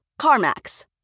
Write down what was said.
CarMax